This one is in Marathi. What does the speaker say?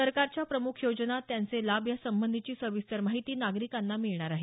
सरकारच्या प्रमुख योजना त्यांचे लाभ यासंबंधीची सविस्तर माहिती नागरिकांना मिळणार आहे